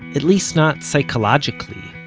at least not psychologically,